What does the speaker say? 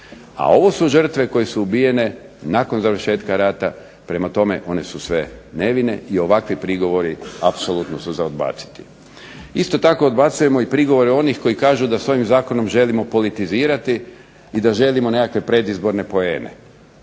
a ovo su žrtve koje su ubijene nakon završetka rata, prema tome one su sve nevine i ovakvi prigovori apsolutno su za odbaciti. Isto tako odbacujemo prigovore onih koji kažu da s ovim zakonom želimo politizirati i da želimo nekakve predizborne poene.